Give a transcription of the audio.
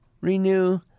renew